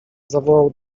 zawołał